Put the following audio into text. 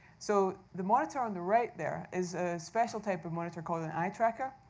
so the monitor, on the right there, is a special type of monitor called an eye tracker.